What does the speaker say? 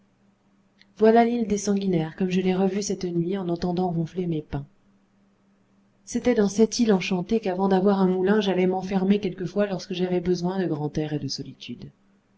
voilà l'île des sanguinaires comme je l'ai revue cette nuit en entendant ronfler mes pins c'était dans cette île enchantée qu'avant d'avoir un moulin j'allais m'enfermer quelquefois lorsque j'avais besoin de grand air et de solitude